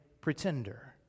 pretender